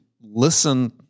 listen